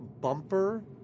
bumper